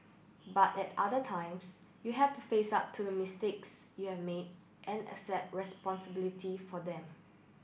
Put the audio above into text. but at other times you have to face up to the mistakes you have made and accept responsibility for them